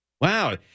Wow